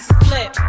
flip